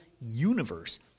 universe